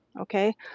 okay